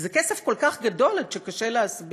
כי זה כסף כל כך גדול עד שקשה להסביר.